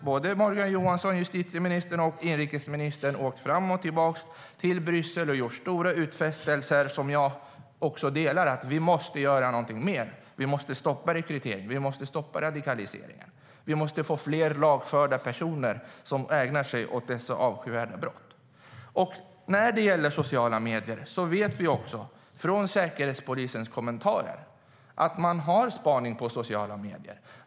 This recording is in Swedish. Både Morgan Johansson, justitieministern, och inrikesministern har åkt fram och tillbaka till Bryssel och gjort stora utfästelser om sådant som också jag tycker är viktigt: Vi måste göra mer, och vi måste stoppa rekryteringen och radikaliseringen. Vi måste lagföra fler av de personer som ägnar sig åt dessa avskyvärda brott. När det gäller sociala medier vet vi också av Säkerhetspolisens kommentarer att man har spaning där.